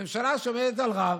ממשלה שעומדת על רע"מ,